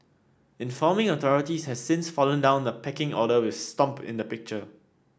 informing authorities has since fallen down the pecking order with stomp in the picture